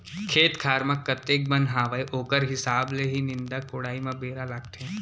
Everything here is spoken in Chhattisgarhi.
खेत खार म कतेक बन हावय ओकर हिसाब ले ही निंदाई कोड़ाई म बेरा लागथे